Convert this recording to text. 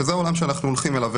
שזה העולם שאנחנו הולכים אליו,